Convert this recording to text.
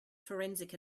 forensic